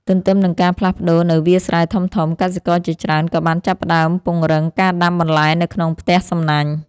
ទន្ទឹមនឹងការផ្លាស់ប្តូរនៅវាលស្រែធំៗ កសិករជាច្រើនក៏បានចាប់ផ្តើមពង្រឹងការដាំបន្លែនៅក្នុងផ្ទះសំណាញ់។